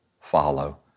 follow